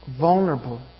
vulnerable